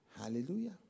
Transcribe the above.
Hallelujah